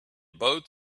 both